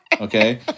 Okay